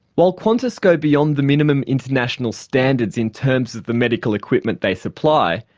while qantas go beyond the minimum international standards in terms of the medical equipment they supply,